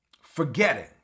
forgetting